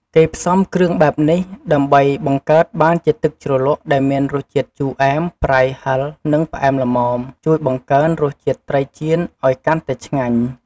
គេផ្សំគ្រឿងបែបនេះ ដើម្បីបង្កើតបានជាទឹកជ្រលក់ដែលមានរសជាតិជូរ អែម ប្រៃ ហឹរ និងផ្អែមល្មម ជួយបង្កើនរសជាតិត្រីចៀនឱ្យកាន់តែឆ្ងាញ់។